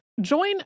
Join